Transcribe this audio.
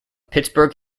pittsburgh